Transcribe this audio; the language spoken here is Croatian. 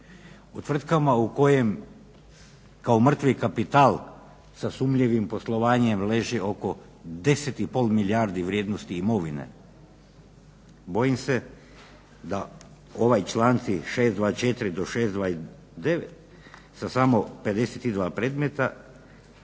u tvrtkama u kojem kao mrtvi kapital sa sumnjivim poslovanjem leži oko 10 i pol milijardi vrijednosti imovine. Bojim se da ovi članci 624. do 629. sa samo 52 predmeta